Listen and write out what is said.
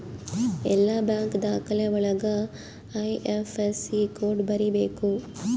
ಎಲ್ಲ ಬ್ಯಾಂಕ್ ದಾಖಲೆ ಒಳಗ ಐ.ಐಫ್.ಎಸ್.ಸಿ ಕೋಡ್ ಬರೀಬೇಕು